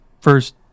first